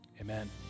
amen